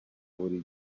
buri